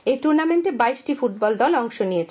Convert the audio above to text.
এই টুর্নামেন্টে বাইশটি ফুটবল দল অংশ নিচ্ছে